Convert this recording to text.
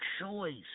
choice